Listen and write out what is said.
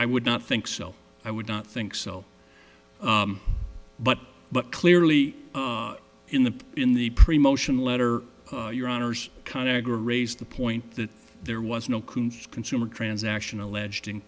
i would not think so i would not think so but but clearly in the in the pre motion letter your honour's kind of raised the point that there was no koons consumer transaction alleged in